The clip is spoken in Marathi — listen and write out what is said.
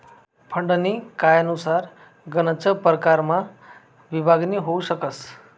फंडनी कायनुसार गनच परकारमा विभागणी होउ शकस